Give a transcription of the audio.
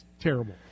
terrible